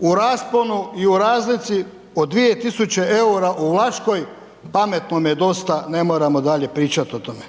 u rasponu i u razlici od 2000 eura u Vlaškoj, pametnome dosta, ne moramo dalje pričat o tome.